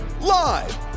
live